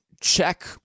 check